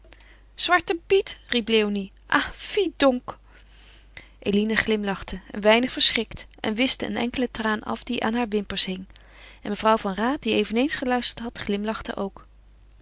zwarte piet riep léonie ah fi donc eline glimlachte een weinig verschrikt en wischte een enkelen traan af die aan haar wimpers hing en mevrouw van raat die eveneens geluisterd had glimlachte ook